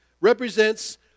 represents